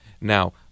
Now